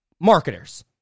marketers